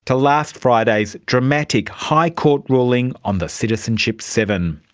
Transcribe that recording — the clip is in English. to last friday's dramatic high court ruling on the citizenship seven.